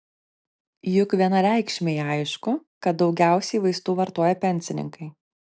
juk vienareikšmiai aišku kad daugiausiai vaistų vartoja pensininkai